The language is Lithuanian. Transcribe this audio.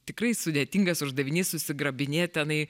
tikrai sudėtingas uždavinys susigrabinėt tenai